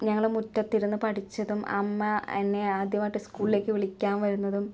ഞങ്ങള് മുറ്റത്തിരുന്ന് പഠിച്ചതും അമ്മ എന്നെ ആദ്യമായിട്ട് സ്കൂളിലേക്ക് വിളിക്കാൻ വരുന്നതും